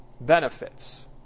benefits